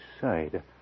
side